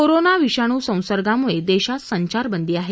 corona विषाणू संसर्गामुळे देशात संचारबंदी आहे